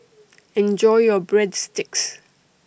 Enjoy your Breadsticks